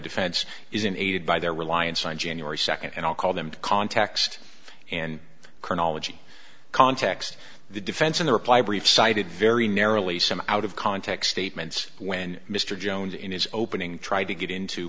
defense is in aid by their reliance on january second and i'll call them to context and colonel logy context the defense in the reply brief cited very narrowly some out of context statements when mr jones in his opening tried to get in to